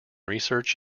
research